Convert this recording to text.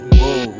whoa